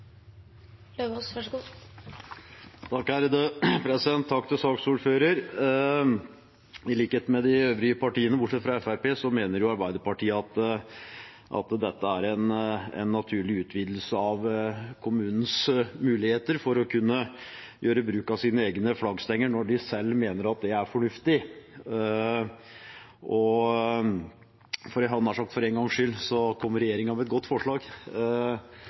Takk til saksordføreren. I likhet med de øvrige partiene, bortsett fra Fremskrittspartiet, mener Arbeiderpartiet at dette er en naturlig utvidelse av kommunenes muligheter for å kunne gjøre bruk av sine egne flaggstenger når de selv mener det er fornuftig. For en gangs skyld, hadde jeg nær sagt, kommer regjeringen med et godt forslag,